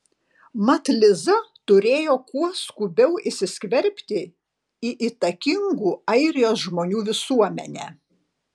mat liza turėjo kuo skubiau įsiskverbti į įtakingų airijos žmonių visuomenę